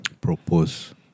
propose